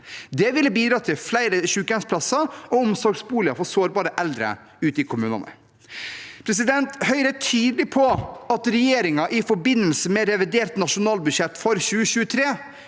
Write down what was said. Det ville bidratt til flere sykehjemsplasser og omsorgsboliger for sårbare eldre ute i kommunene. Høyre er tydelig på at regjeringen i forbindelse med revidert nasjonalbudsjett for 2023